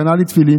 קנה לי תפילין,